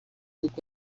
uko